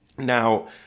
Now